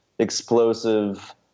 explosive